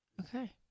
okay